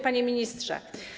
Panie Ministrze!